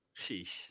Sheesh